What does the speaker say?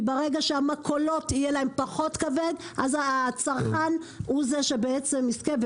ברגע שלמכולות יהיה כבד פחות אז הצרכן הוא זה שבעצם יזכה,